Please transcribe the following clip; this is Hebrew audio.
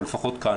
לפחות כאן,